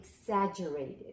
exaggerated